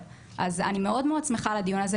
אז אני מאוד מאוד שמחה על הדיון הזה,